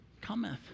cometh